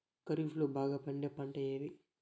ఖరీఫ్ లో బాగా పండే పంట ఏది?